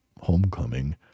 homecoming